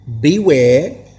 beware